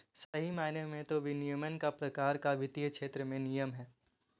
सही मायने में तो विनियमन एक प्रकार का वित्तीय क्षेत्र में नियम है